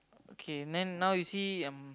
okay then now you see um